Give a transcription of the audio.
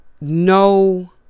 No